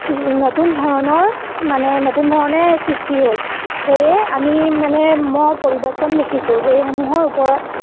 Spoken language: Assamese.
নতুন ধৰণৰ মানে নতুন ধৰণে সৃষ্টি হ'ল সেয়ে আমি মানে মই পৰিৱৰ্তন দেখিছোঁ সেইসমূহৰ ওপৰত